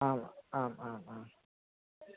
आम् आम् आम् आम्